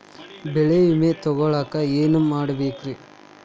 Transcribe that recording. ಬೆಳೆ ವಿಮೆ ತಗೊಳಾಕ ಏನ್ ಮಾಡಬೇಕ್ರೇ?